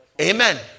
Amen